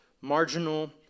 marginal